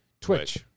Twitch